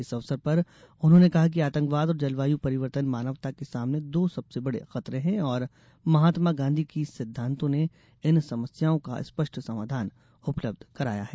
इस अवसर पर उन्होंने कहा कि आतंकवाद और जलवायु परिवर्तन मानवता के सामने दो सबसे बड़ा खतरे हैं और महात्मा गांधी के सिद्धांतों ने इन समस्याओं का स्पष्ट समाधान उपलब्ध कराता है